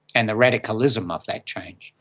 and the radicalism of that change.